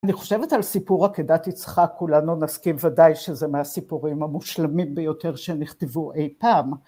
אני חושבת על סיפורה כדת יצחה, כולנו נסכים ודאי שזה מהסיפורים המושלמים ביותר שנכתבו אי פעם.